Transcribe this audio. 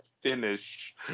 finish